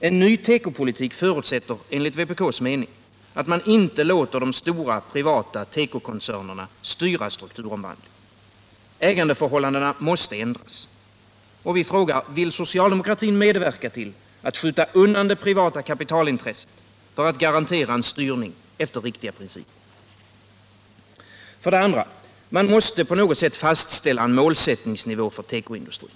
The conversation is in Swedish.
En ny tekopolitik förutsätter enligt vpk:s mening att man inte låter de stora privata tekokoncernerna styra strukturomvandlingen. Ägandeförhållandena måste ändras. Vi frågar: Vill socialdemokratin medverka till att skjuta undan det privata kapitalintresset för att garantera en styrning efter riktiga principer? Vidare måste man på något sätt fastställa ett mål för tekoindustrin.